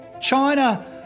China